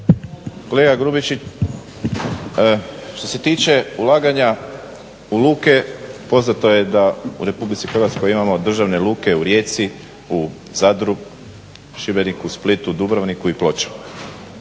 Kolega Grubišić, što se tiče ulaganja u luke poznato je da u Republici Hrvatskoj imamo državne luke u Rijeci, u Zadru, Šibeniku, Splitu, Dubrovniku i Pločama.